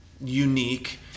unique